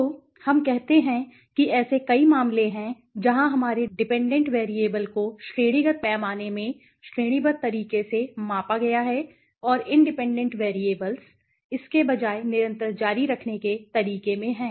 तो हम कहते हैं कि ऐसे कई मामले हैं जहां हमारे डिपेंडेंट वैरिएबल डिपेंडेंट वैरिएबल को श्रेणीगत पैमाने में श्रेणीबद्ध तरीके से मापा गया है और इंडिपेंडेंट वैरिएबल्स इसके बजाय निरंतर जारी रखने के तरीके में हैं